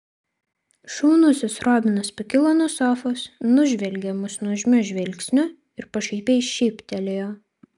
šaunusis robinas pakilo nuo sofos nužvelgė mus nuožmiu žvilgsniu ir pašaipiai šyptelėjo